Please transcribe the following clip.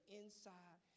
inside